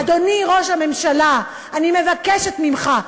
אדוני ראש הממשלה, אני מבקשת ממך,